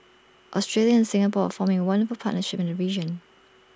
Australia and Singapore forming A wonderful partnership in the region